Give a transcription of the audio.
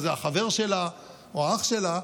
שזה החבר שלה או האח שלה,